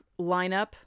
lineup